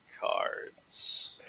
cards